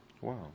Wow